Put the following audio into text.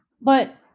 But-